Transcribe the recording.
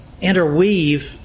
interweave